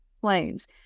planes